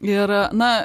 ir na